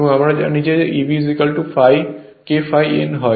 এবং আমরা জানি Eb K ∅ n হয়